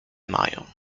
mają